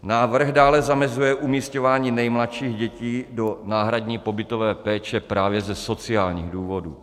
Návrh dále zamezuje umísťování nejmladších dětí do náhradní pobytové péče právě ze sociálních důvodů.